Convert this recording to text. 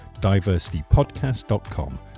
diversitypodcast.com